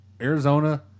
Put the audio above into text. Arizona